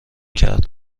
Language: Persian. کرد